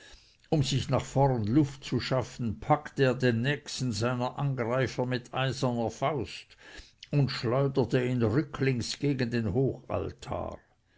um sich nach vorn luft zu schaffen packte er den nächsten seiner angreifer mit eiserner faust und schleuderte ihn rücklings gegen den hochaltar